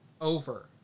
over